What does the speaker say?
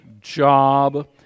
job